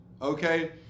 okay